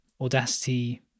Audacity